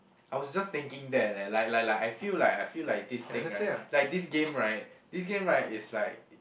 I was just thinking that leh like like like I feel like I feel like this thing right like this game right this game right is like it